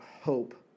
hope